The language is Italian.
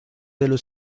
dello